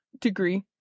degree